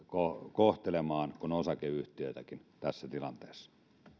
kohtelemaan kuin osakeyhtiöitäkin tässä tilanteessa